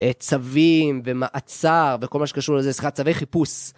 צווים ומעצר וכל מה שקשור לזה, סליחה, צווי חיפוש.